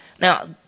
Now